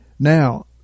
Now